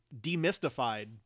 demystified